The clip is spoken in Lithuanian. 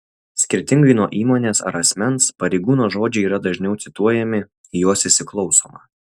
skirtingai nuo įmonės ar asmens pareigūno žodžiai yra dažniau cituojami į juos įsiklausoma